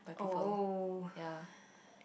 oh